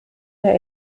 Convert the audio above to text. der